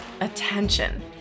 attention